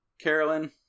Carolyn